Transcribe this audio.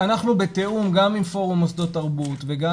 אנחנו בתיאום גם עם פורום מוסדות תרבות וגם